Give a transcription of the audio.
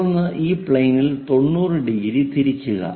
തുടർന്ന് ഈ plane 90 degree തിരിക്കുക